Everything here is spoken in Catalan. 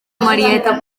marieta